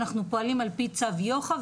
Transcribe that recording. אנחנו פועלים על-פי צו יוח"א,